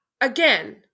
again